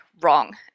wrong